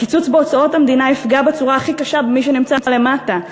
הקיצוץ בהוצאות המדינה יפגע בצורה הכי קשה במי שנמצא למטה.